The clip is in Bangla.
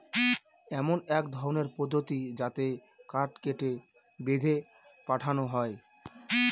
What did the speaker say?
এমন এক ধরনের পদ্ধতি যাতে কাঠ কেটে, বেঁধে পাঠানো হয়